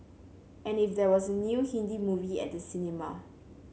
and if there was a new Hindi movie at the cinema